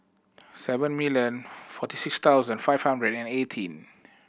seven million forty six thousand five hundred and eighteen